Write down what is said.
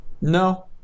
No